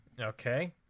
Okay